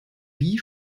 wie